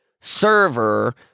server